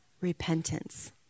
repentance